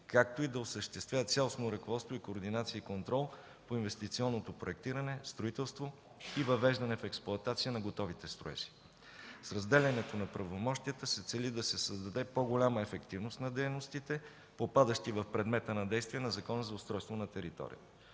както и да осъществява цялостно ръководство, координация и контрол по инвестиционното проектиране, строителство и въвеждане в експлоатация на готовите строежи. С разделянето на правомощията се цели да се създаде по-голяма ефективност на дейностите, попадащи в предмета на действие на Закона за устройство на територията.